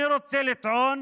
אני רוצה לטעון